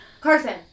Carson